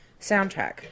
soundtrack